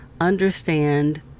Understand